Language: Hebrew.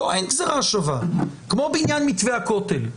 בוא, אין גזירה שווה, כמו בעניין מתווה הכותל.